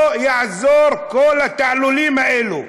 לא יעזרו כל התעלולים האלה.